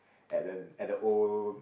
at the at the old